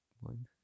one